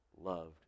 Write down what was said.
loved